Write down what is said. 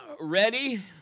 ready